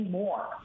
more